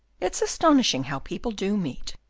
it's astonishing how people do meet.